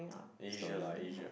Asia lah Asia